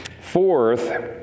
Fourth